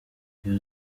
mpera